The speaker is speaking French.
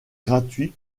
gratuit